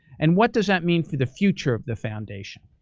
and what does that mean for the future of the foundation?